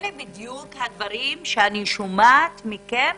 אלה בדיוק הדברים שאני שומעת מכם